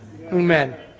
Amen